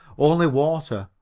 only water,